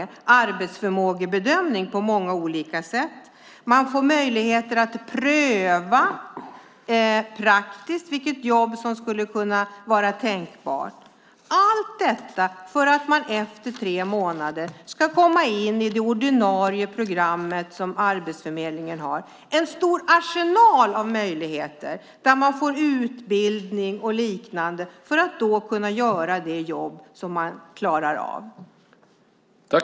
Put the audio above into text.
Det blir arbetsförmågebedömning på många olika sätt. Man får möjligheter att praktiskt pröva vilket jobb som skulle kunna vara tänkbart. All denna hjälp får man för att man efter tre månader ska komma in i det ordinarie programmet som Arbetsförmedlingen har. En stor arsenal möjligheter står till buds. Man får utbildning och liknande för att kunna göra det jobb man klarar av.